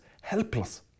helpless